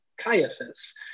Caiaphas